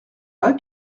pas